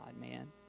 man